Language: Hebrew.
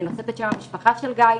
אני נושאת את שם המשפחה של גיא,